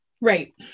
right